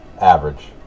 average